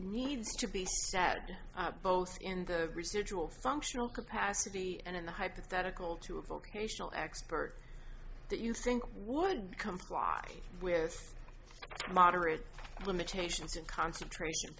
needs to be bad both in the residual functional capacity and in the hypothetical to a vocational expert that you think would comply with moderate limitations and concentration